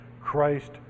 Christ